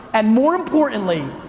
and more importantly,